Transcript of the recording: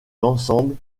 l’ensemble